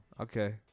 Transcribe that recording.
Okay